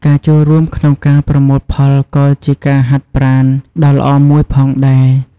ការចូលរួមក្នុងការប្រមូលផលក៏ជាការហាត់ប្រាណដ៏ល្អមួយផងដែរ។